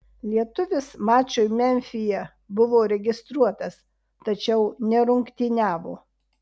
lietuvis mačui memfyje buvo registruotas tačiau nerungtyniavo